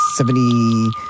Seventy